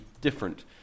different